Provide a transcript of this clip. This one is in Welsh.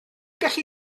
gallu